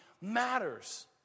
matters